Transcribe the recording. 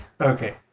Okay